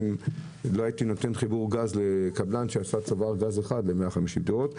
לא הייתי נותן חיבור גז לקבלן שעשה צוואר גז אחד ל-150 דירות.